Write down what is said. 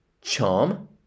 Charm